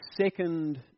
second